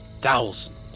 thousands